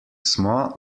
smo